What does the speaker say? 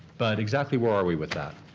but exactly where are we with that?